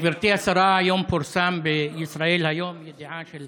גברתי השרה, היום פורסמה בישראל היום ידיעה של